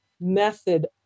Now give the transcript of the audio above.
method